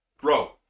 Bro